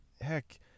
heck